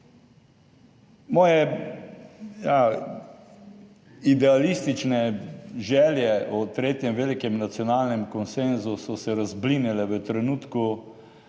ja, idealistične želje o tretjem velikem nacionalnem konsenzu so se razblinile v trenutku,